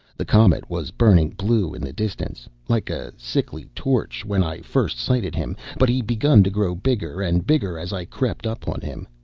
the comet was burning blue in the distance, like a sickly torch, when i first sighted him, but he begun to grow bigger and bigger as i crept up on him.